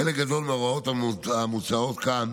חלק גדול מההוראות המוצעות כאן